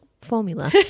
formula